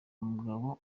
umugabo